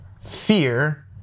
fear